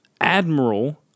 Admiral